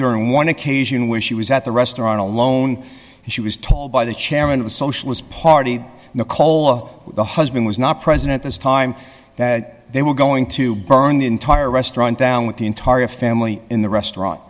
during one occasion when she was at the restaurant alone and she was told by the chairman of the socialist party nicole the husband was not president this time that they were going to burn the entire restaurant down with the entire family in the restaurant